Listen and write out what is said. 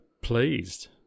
pleased